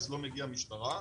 בסוף הגיעה המשטרה.